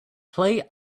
play